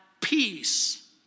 peace